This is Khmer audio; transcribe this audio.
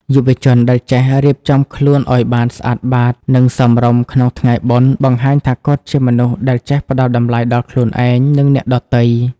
យុវជនដែលចេះ "រៀបចំខ្លួនឱ្យបានស្អាតបាត និងសមរម្យ" ក្នុងថ្ងៃបុណ្យ បង្ហាញថាគាត់ជាមនុស្សដែលចេះផ្ដល់តម្លៃដល់ខ្លួនឯង និងអ្នកដទៃ។